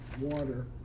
water